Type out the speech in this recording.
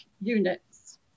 Units